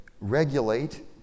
regulate